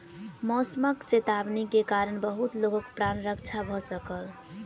मौसमक चेतावनी के कारण बहुत लोकक प्राण रक्षा भ सकल